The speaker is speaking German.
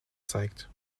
zeigt